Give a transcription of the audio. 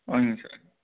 ஓகேங்க சார்